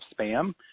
spam